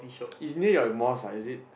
it's near a mosque ah is it